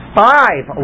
five